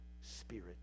spirit